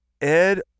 Ed